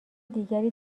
دیگری